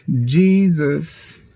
jesus